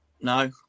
No